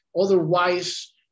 otherwise